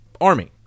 army